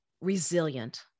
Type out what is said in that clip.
resilient